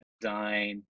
Design